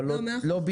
אבל לא בלעדיות.